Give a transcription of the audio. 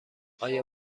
آیا